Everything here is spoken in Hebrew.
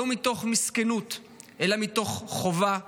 לא מתוך מסכנות אלא מתוך חובה וזכות.